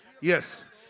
Yes